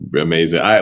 amazing